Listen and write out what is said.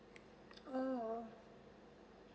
oh